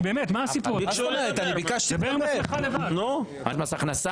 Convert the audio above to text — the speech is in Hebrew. אני מחדש את הדיון בנוגע להצעת חוק לתיקון פקודת מס הכנסה.